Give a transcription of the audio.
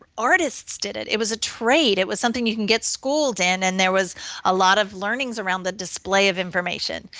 artist did it, it was a trade it was something you can get schooled in and there was a lot of learnings around the display of information.